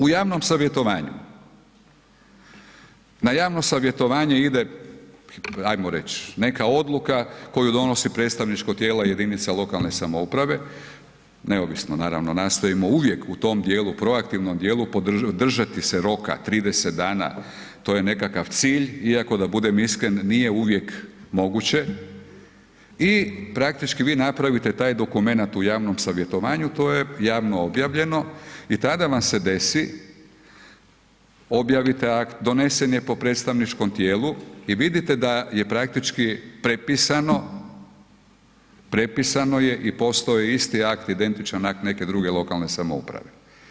U javnom savjetovanju na javno savjetovanje ide ajmo reći neka odluka koju donosi predstavničko tijelo jedinica lokalne samouprave, neovisno naravno nastojimo uvijek u tom dijelu, proaktivnom dijelu držati se roka 30 dana to je nekakav cilj, iako da budem iskren nije uvijek moguće i praktički vi napravite taj dokumenat u javnom savjetovanju to je javno objavljeno i tada vam se desi, objavite akt, donesen je po predstavničkom tijelu i vidite da je praktički prepisano, prepisano je postoji isti akt, identičan akt neke druge lokalne samouprave.